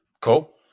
Cool